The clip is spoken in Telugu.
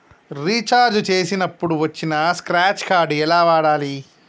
రీఛార్జ్ చేసినప్పుడు వచ్చిన స్క్రాచ్ కార్డ్ ఎలా వాడాలి?